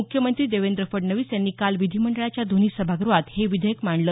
मुख्यमंत्री देवेंद्र फडणवीस यांनी काल विधीमंडळाच्या दोन्ही सभाग्रहात हे विधेयक मांडलं